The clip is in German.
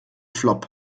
flop